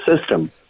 system